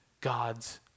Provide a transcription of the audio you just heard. God's